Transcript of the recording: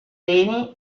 reni